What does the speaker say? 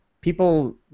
people